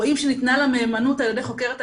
רואים שניתנה לה מהימנות על ידי חוקרת הילדים,